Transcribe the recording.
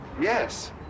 Yes